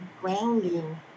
grounding